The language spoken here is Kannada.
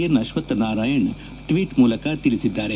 ಎನ್ ಅಶ್ವತ್ ನಾರಾಯಣ್ ಟ್ಟೀಟ್ ಮೂಲಕ ತಿಳಿಸಿದ್ದಾರೆ